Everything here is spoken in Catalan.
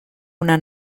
una